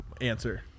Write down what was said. answer